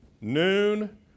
noon